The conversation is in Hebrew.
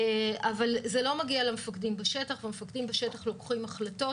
אבל זה לא מגיע למפקדים בשטח ולפעמים הם לוקחים החלטות,